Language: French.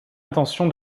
intention